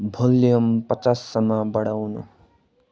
volume पचाससम्म बढाउनु